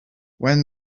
when